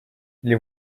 les